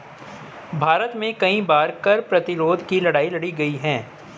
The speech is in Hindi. भारत में कई बार कर प्रतिरोध की लड़ाई लड़ी गई है